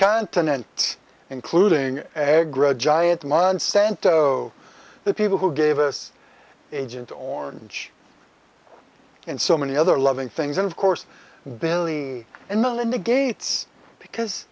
continent including a giant monsanto the people who gave us agent orange and so many other loving things and of course billy and melinda gates because